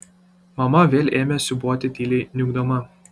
mama vėl ėmė siūbuoti tyliai niūkdama